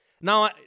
Now